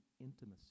intimacy